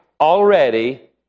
already